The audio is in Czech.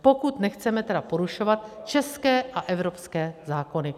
Pokud nechceme tedy porušovat české a evropské zákony.